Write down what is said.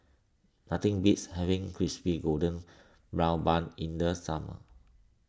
nothing beats having Crispy Golden Brown Bun in the summer